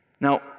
Now